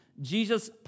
Jesus